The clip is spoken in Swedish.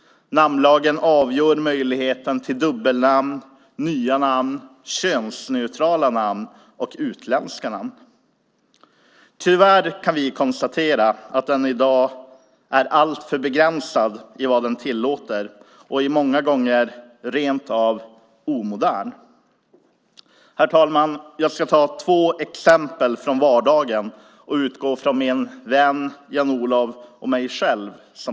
Namnlagen avgör möjligheten till dubbelnamn, nya namn, könsneutrala namn och utländska namn. Tyvärr kan vi dock konstatera att namnlagen i dag är alltför begränsad i vad den tillåter och många gånger rent av omodern. Herr talman! Jag ska ta två exempel från vardagen och utgå från min vän Jan-Olov och mig själv.